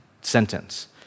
sentence